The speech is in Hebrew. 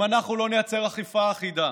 אם אנחנו לא נייצר אכיפה אחידה,